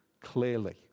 clearly